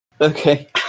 Okay